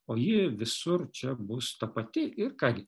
o ji visur čia bus ta pati ir ką gi